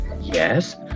Yes